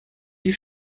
die